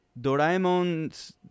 doraemon's